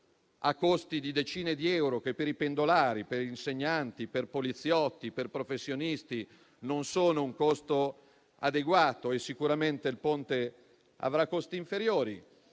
ha costi di decine di euro, che per pendolari, insegnanti, poliziotti e professionisti non sono un costo adeguato. Sicuramente il Ponte avrà costi inferiori.